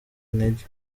intege